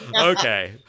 Okay